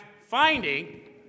finding